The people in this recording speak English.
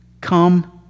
Come